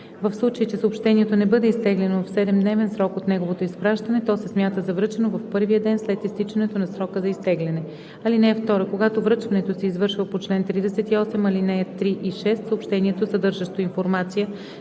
В случай че съобщението не бъде изтеглено в 7-дневен срок от неговото изпращане, то се смята за връчено в първия ден след изтичането на срока за изтегляне. (2) Когато връчването се извършва по чл. 38, ал. 3 и 6, съобщението, съдържащо информация